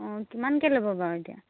অঁ কিমানকে ল'ব বাৰু এতিয়া